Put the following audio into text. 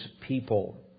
people